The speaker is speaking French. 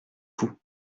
fou